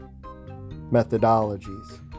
methodologies